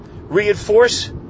reinforce